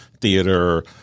theater